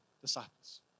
disciples